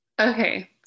okay